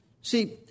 See